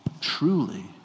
truly